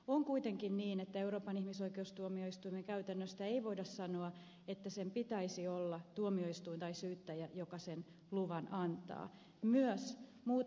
on kuitenkin niin että euroopan ihmisoikeustuomioistuimen käytännöstä ei voida sanoa että sen pitäisi olla tuomioistuin tai syyttäjä joka sen luvan antaa